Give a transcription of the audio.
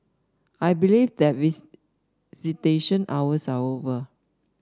I believe that visitation hours are over